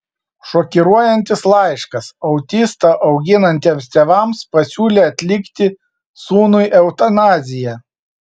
šokiruojantis laiškas autistą auginantiems tėvams pasiūlė atlikti sūnui eutanaziją